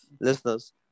listeners